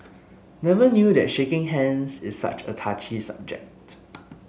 never knew that shaking hands is such a touchy subject